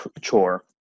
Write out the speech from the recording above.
chore